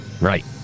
Right